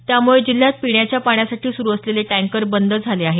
त्यामुळे जिल्ह्यात पिण्याच्या पाण्यासाठी सुरु असलेले टँकर बंद झाले आहेत